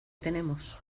tenemos